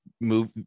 move